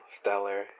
stellar